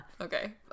Okay